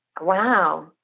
Wow